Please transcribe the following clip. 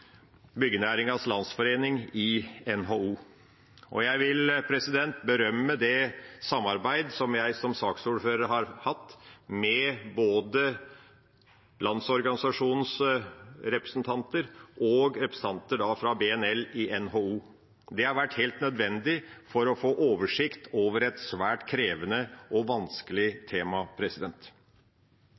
Landsforening i NHO. Jeg vil berømme det samarbeidet som jeg som saksordfører har hatt med både Landsorganisasjonens representanter og representanter fra BNL i NHO. Det har vært helt nødvendig for å få oversikt over et svært krevende og vanskelig tema.